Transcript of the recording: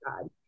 God